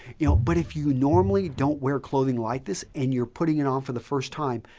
you know but if you normally don't wear clothing like this and you're putting it on for the first time,